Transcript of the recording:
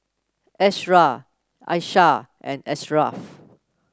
Ashraff Aishah and Ashraff